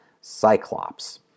Cyclops